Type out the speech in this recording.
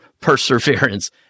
perseverance